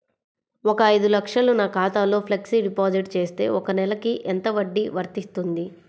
ఒక ఐదు లక్షలు నా ఖాతాలో ఫ్లెక్సీ డిపాజిట్ చేస్తే ఒక నెలకి ఎంత వడ్డీ వర్తిస్తుంది?